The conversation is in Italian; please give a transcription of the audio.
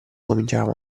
cominciava